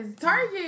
target